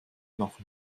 noch